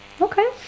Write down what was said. Okay